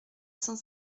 cent